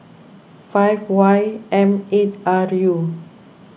five Y M eight R U